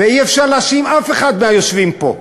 ואי-אפשר להאשים אף אחד מהיושבים פה,